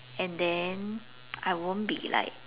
and then I won't be like